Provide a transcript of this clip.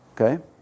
Okay